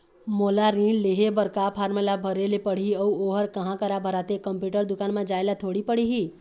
मोला ऋण लेहे बर का फार्म ला भरे ले पड़ही अऊ ओहर कहा करा भराथे, कंप्यूटर दुकान मा जाए ला थोड़ी पड़ही?